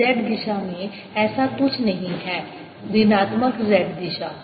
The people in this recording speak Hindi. इस z दिशा में ऐसा कुछ नहीं है ऋणात्मक z दिशा